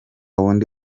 wundi